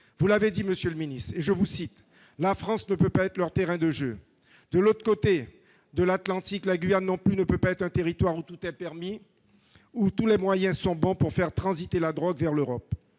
Vous l'avez dit, monsieur le ministre, la France ne peut pas être le terrain de jeu des trafiquants. De l'autre côté de l'Atlantique, la Guyane non plus ne peut pas être un territoire où tout est permis, où tous les moyens sont bons pour faire transiter de la drogue vers l'Europe.